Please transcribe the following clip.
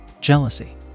jealousy